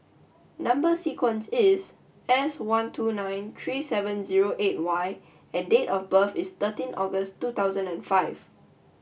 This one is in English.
number sequence is S one two nine three seven zero eight Y and date of birth is thirteen August two thousand and five